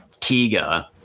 Tiga